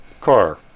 car